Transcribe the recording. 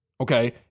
okay